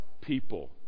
people